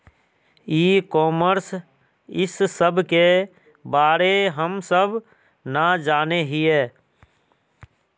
ई commerce इस सब के बारे हम सब ना जाने हीये?